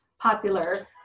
Popular